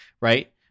right